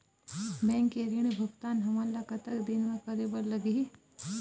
Bank के ऋण भुगतान हमन ला कतक दिन म करे बर लगही?